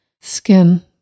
skin